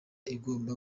igomba